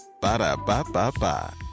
Ba-da-ba-ba-ba